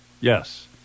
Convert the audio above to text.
Yes